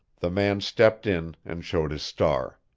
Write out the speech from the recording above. the man stepped in and showed his star.